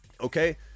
okay